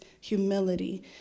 humility